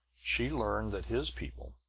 she learned that his people,